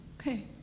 Okay